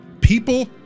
People